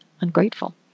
ungrateful